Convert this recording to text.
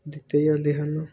ਦਿੱਤੇ ਜਾਂਦੇ ਹਨ